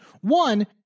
One